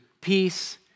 peace